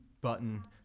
button